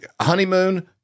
honeymoon